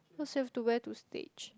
cause you have to wear to stage